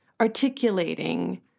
articulating